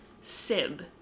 Sib